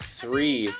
three